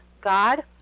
God